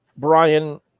Brian